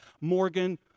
Morgan